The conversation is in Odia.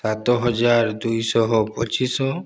ସାତ ହଜାର ଦୁଇ ଶହ ପଚିଶି